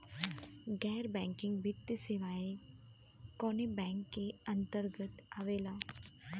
गैर बैंकिंग वित्तीय सेवाएं कोने बैंक के अन्तरगत आवेअला?